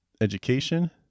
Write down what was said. education